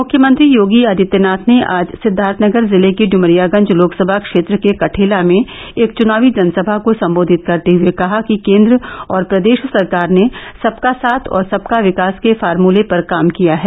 मुख्यमंत्री योगी आदित्यनाथ ने आज सिद्दार्थनगर जिले के इमरियागंज लोकसभा क्षेत्र के कठेला में एक चुनावी जनसभा को सम्बोधित करते हुये कहा कि केन्द्र और प्रदेष सरकार ने सबका साथ और सबका विकास के फार्मले पर काम किया है